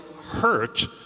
hurt